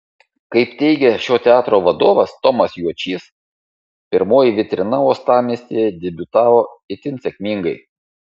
kaip teigė šio teatro vadovas tomas juočys pirmoji vitrina uostamiestyje debiutavo itin sėkmingai